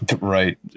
right